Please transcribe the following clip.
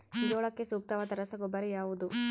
ಜೋಳಕ್ಕೆ ಸೂಕ್ತವಾದ ರಸಗೊಬ್ಬರ ಯಾವುದು?